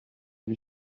lui